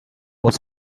was